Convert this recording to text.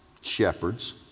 Shepherds